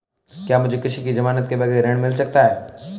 क्या मुझे किसी की ज़मानत के बगैर ऋण मिल सकता है?